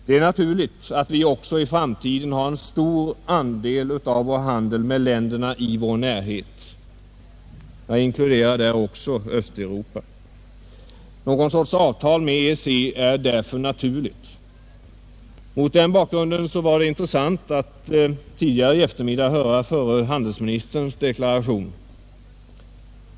Det är naturligt att vi också i framtiden kommer att ha en stor del av vår handel med länderna i vår närhet. Jag inkluderar då även Östeuropa. Någon sorts avtal med EEC är därför naturligt. Mot den bakgrunden var det intressant att tidigare i eftermiddags höra förre handelsministerns deklaration.